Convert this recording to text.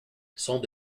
sont